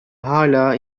hâlâ